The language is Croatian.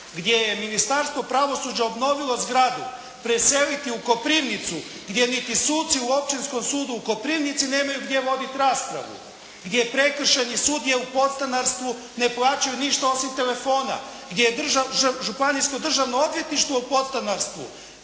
gdje je Ministarstvo pravosuđa obnovilo zgradu preseliti u Koprivnicu gdje niti suci u Općinskom sudu u Koprivnici nemaju gdje voditi raspravu, gdje Prekršajni sud je u podstanarstvu. Ne plaćaju ništa osim telefona gdje je Županijsko državno odvjetništvo u podstanarstvu